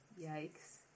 Yikes